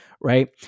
right